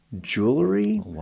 jewelry